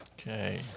Okay